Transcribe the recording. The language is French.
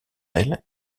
elle